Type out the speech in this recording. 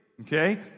Okay